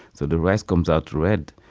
so the rice comes out red.